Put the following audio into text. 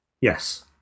yes